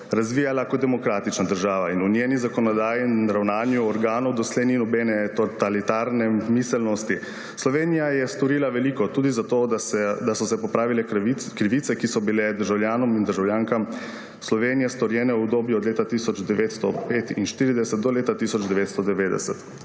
razvijala kot demokratična država in v njeni zakonodaji in ravnanju organov doslej ni nobene totalitarne miselnosti. Slovenija je storila veliko tudi za to, da so se popravile krivice, ki so bile državljanom in državljankam v Sloveniji storjene v obdobju od leta 1945 do leta 1990,